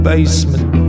basement